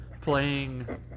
playing